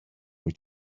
wyt